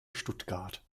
stuttgart